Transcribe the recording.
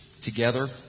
together